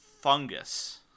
Fungus